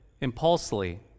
impulsively